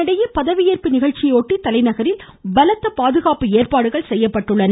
இதனிடையே பதவியேற்பு நிகழ்ச்சியையொட்டி தலைநகரில் பலத்த பாதுகாப்பு ஏற்பாடுகள் செய்யப்பட்டுள்ளன